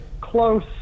close